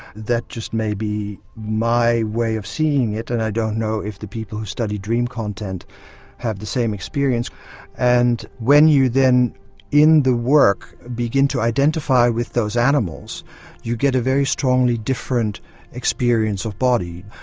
that just maybe my way of seeing it, and i don t know if the people who study dream content have the same experience and when you then in the work begin to identify with those animals you get a very strongly different experience of body.